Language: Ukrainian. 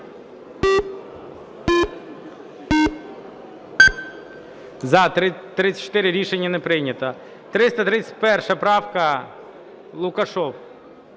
За-45 Рішення не прийнято. 379 правка. Лукашев.